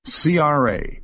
CRA